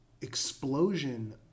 explosion